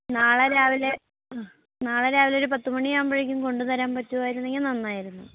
നാളെ രാവിലെ ഹ് നാളെ രാവിലെ ഒരു പത്തുമണി ആകുമ്പോഴേക്കും കൊണ്ടുതരാൻ പറ്റുമായിരുന്നെങ്കിൽ നന്നായിരുന്നു